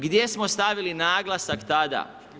Gdje smo stavili naglasak tada?